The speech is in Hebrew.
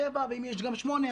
ואם יש גם 8,